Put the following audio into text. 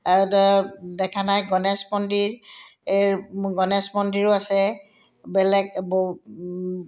দেখা নাই গণেশ মন্দিৰ গণেশ মন্দিৰো আছে বেলেগ ব